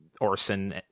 Orson